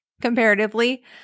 comparatively